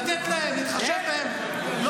לתת להם, להתחשב בהם.